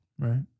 right